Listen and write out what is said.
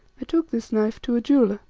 i took this knife to a jeweller,